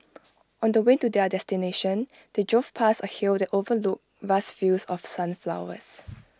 on the way to their destination they drove past A hill that overlooked vast fields of sunflowers